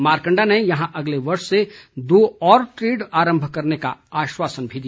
मारकण्डा ने यहां अगले वर्ष से दो और ट्रेड आरम्भ करने का आश्वासन भी दिया